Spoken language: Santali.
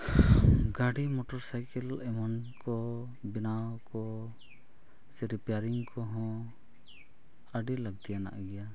ᱜᱟᱹᱰᱤ ᱢᱚᱴᱚᱨ ᱥᱟᱭᱠᱮᱞ ᱮᱢᱟᱱ ᱠᱚ ᱵᱮᱱᱟᱣ ᱠᱚ ᱥᱮ ᱨᱤᱯᱤᱭᱟᱨᱤᱝ ᱠᱚᱦᱚᱸ ᱟᱹᱰᱤ ᱞᱟᱹᱠᱛᱤᱭᱟᱱᱟᱜ ᱜᱮᱭᱟ